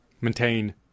maintain